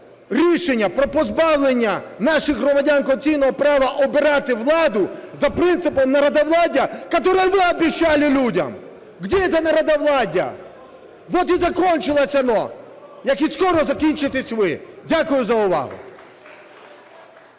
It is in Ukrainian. рішення про позбавлення наших громадян конституційного права обирати владу за принципом народовладдя, которое вы обещали людям. Где это народовладдя? Вот и закончилось оно, як і скоро закінчитесь ви! Дякую за увагу.